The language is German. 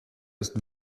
ist